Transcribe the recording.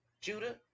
judah